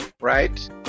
right